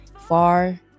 Far